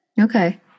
Okay